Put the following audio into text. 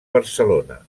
barcelona